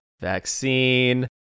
vaccine